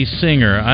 singer